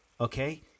okay